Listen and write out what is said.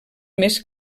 més